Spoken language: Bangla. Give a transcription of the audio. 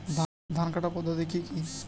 ধান কাটার পদ্ধতি কি কি?